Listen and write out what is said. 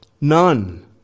None